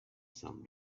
some